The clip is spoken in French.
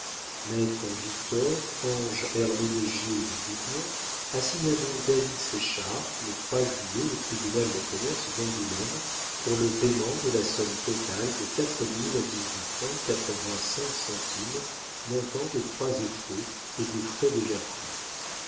maître victor ange herménégilde doublon assigna donc david séchard le juillet au tribunal de commerce d'angoulême pour le payement de la somme totale de quatre mille dix-huit francs quatre-vingt-cinq centimes montant des trois effets et des frais déjà faits